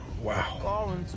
Wow